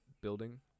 building